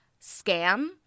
scam